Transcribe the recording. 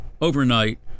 Overnight